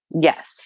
Yes